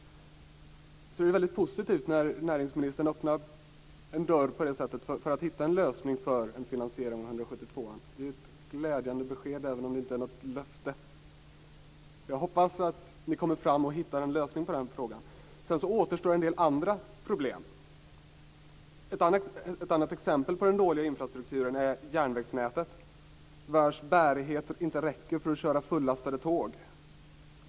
Det är väldigt positivt att näringsministern öppnar en dörr på det här sättet för att hitta en lösning för en finansiering av 172:an. Det är ett glädjande besked även om det inte är något löfte. Jag hoppas att ni kommer fram till en lösning på den frågan. Sedan återstår en del andra problem. Ett annat exempel på en dålig infrastruktur är järnvägsnätet, vars bärighet inte räcker för att köra fullastade tåg.